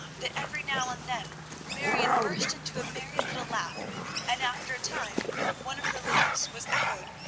that every now and then marion burst into a merry little laugh and after a time one of her laughs was echoed,